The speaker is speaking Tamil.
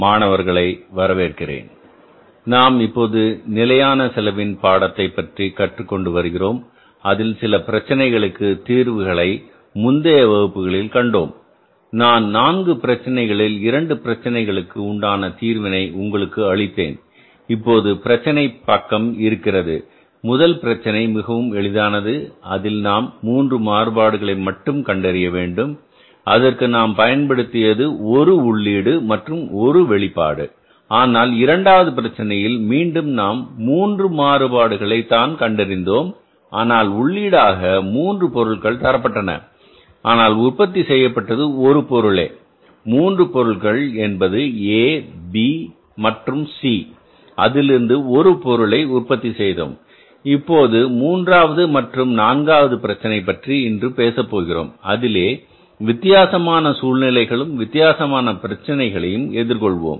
மாணவர்களை வரவேற்கிறேன் நாம் இப்போது நிலையான செலவின் பாடத்தை பற்றி கற்றுக் கொண்டு வருகிறோம் அதில் சில பிரச்சினைகளுக்கு தீர்வுகளை முந்தைய வகுப்புகளில் கண்டோம் நான் நான்கு பிரச்சினைகளில் இரண்டு பிரச்சனைகளுக்கு உண்டான தீர்வினை உங்களுக்கு அளித்தேன் இப்போது பிரச்சனை பக்கம் இருக்கிறது முதல் பிரச்சனை மிகவும் எளிதானது அதில் நாம் மூன்று மாறுபாடுகளை மட்டும் கண்டறிய வேண்டும் அதற்கு நாம் பயன்படுத்தியது ஒரு உள்ளீடு மற்றும் ஒரு வெளிப்பாடு ஆனால் இரண்டாவது பிரச்சனையில் மீண்டும் நாம் மூன்று மாறுபாடுகளை தான் கண்டறிந்தோம் ஆனால் உள்ளீடாக மூன்று பொருட்கள் தரப்பட்டன ஆனால் உற்பத்தி செய்யப்பட்டது ஒரு பொருளே மூன்று பொருள்கள் என்பது A B மற்றும் C அதிலிருந்து ஒரு பொருளை உற்பத்தி செய்தோம் இப்போது மூன்றாவது மற்றும் நான்காவது பிரச்சனை பற்றி இன்று பேசப்போகிறோம் அதிலே வித்தியாசமான சூழ்நிலைகளும் வித்தியாசமான பிரச்சினைகளையும் எதிர்கொள்வோம்